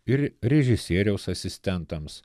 ir režisieriaus asistentams